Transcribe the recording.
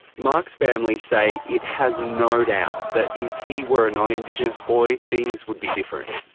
mark's family say it has no doubt that if he were a non-indigenous boy, things would be different.